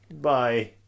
Bye